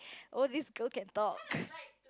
oh this girl can talk